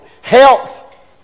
Health